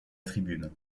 tribune